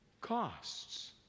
costs